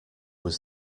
was